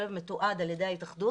כלב מתועד על ידי ההתאחדות,